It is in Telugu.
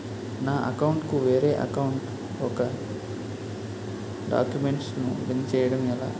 నా అకౌంట్ కు వేరే అకౌంట్ ఒక గడాక్యుమెంట్స్ ను లింక్ చేయడం ఎలా?